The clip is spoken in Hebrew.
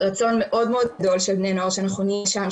רצון מאוד מאוד גדול של בני נוער שאנחנו נהיה שם,